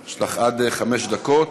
יש לך עד חמש דקות.